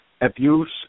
abuse